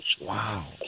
Wow